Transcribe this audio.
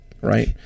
right